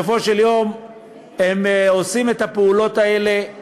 בסופו של יום הם עושים את הפעולות האלה,